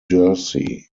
jersey